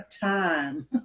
time